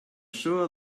sure